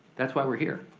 that's why we're here.